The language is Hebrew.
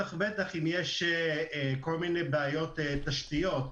ובטח ובטח אם יש כל מיני בעיות תשתיות,